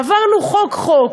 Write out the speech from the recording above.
עברנו חוק-חוק,